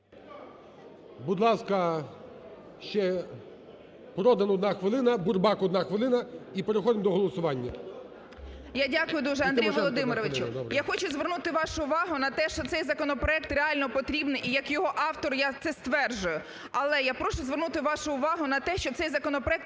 Будь ласка, ще Продан одна хвилина, Бурбак одна хвилина. І переходимо до голосування. 13:29:38 ПРОДАН О.П. Я дякую дуже, Андрію Володимировичу. Я хочу звернути вашу увагу на те, що цей законопроект реально потрібний, і як його автор я це стверджую. Але я прошу звернути вашу увагу на те, що цей законопроект